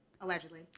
Allegedly